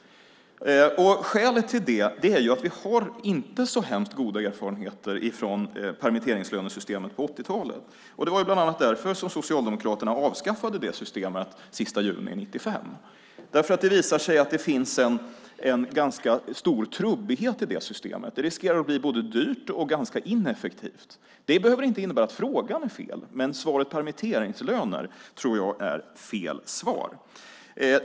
Skälet till det är att vi inte har så väldigt goda erfarenheter av permitteringslönesystemet på 80-talet. Det var bland annat därför som Socialdemokraterna avskaffade det systemet den 30 juni 1995. Det har visat sig att det finns en ganska stor trubbighet i det systemet. Det riskerar att bli både dyrt och ganska ineffektivt. Det behöver inte innebära att frågan är fel, men svaret permitteringslöner tror jag är fel svar.